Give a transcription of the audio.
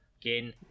again